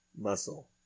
muscle